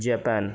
Japan